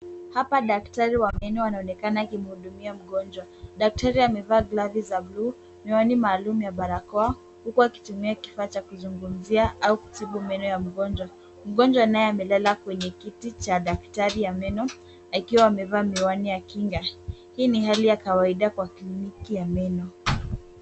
Hapa daktari wa meno anaonekana akimhudumia mgonjwa. Daktari amevaa glavu za blue , miwani maalumu ya barakoa, huku akitumia kifaa cha kuzungumzia au kutibu meno ya mgonjwa. Mgonjwa naye amelala kwenye kiti cha daktari wa meno akiwa amevaa miwani ya kinga. Hii ni hali ya kawaida katika kliniki ya meno.